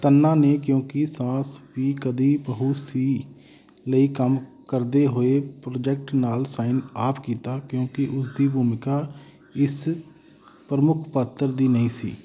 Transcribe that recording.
ਤੰਨਾ ਨੇ ਕਿਊਂਕਿ ਸਾਸ ਭੀ ਕਭੀ ਬਹੂ ਥੀ ਲਈ ਕੰਮ ਕਰਦੇ ਹੋਏ ਪ੍ਰੋਜੈਕਟ ਨਾਲ ਸਾਈਨ ਆਪ ਕੀਤਾ ਕਿਉਂਕਿ ਉਸ ਦੀ ਭੂਮਿਕਾ ਇਸ ਪ੍ਰਮੁੱਖ ਪਾਤਰ ਦੀ ਨਹੀਂ ਸੀ